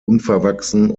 unverwachsen